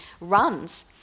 runs